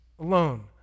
alone